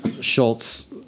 Schultz